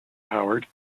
howard